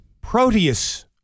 Proteus